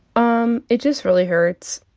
um it just really hurts.